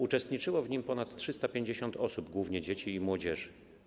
Uczestniczyło w nim ponad 350 osób, głównie dzieci i młodzież.